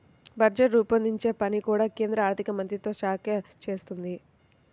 budget రూపొందించే పని కూడా కేంద్ర ఆర్ధికమంత్రిత్వ శాఖే చేస్తుంది